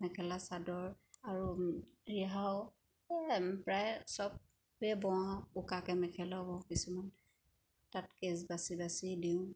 মেখেলা চাদৰ আৰু ৰিহাও এই প্ৰায় চবেই বওঁ উকাকৈ মেখেলাও বওঁ কিছুমান তাত কেছ বাচি বাচি দিওঁ